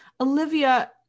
Olivia